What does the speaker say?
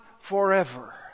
forever